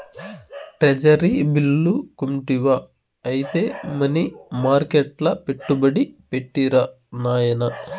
treasury bill కొంటివా ఐతే money మర్కెట్ల పెట్టుబడి పెట్టిరా నాయనా